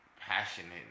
passionate